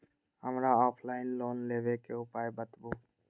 हमरा offline loan लेबे के उपाय बतबु?